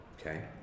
Okay